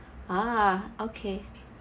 ah okay